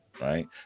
right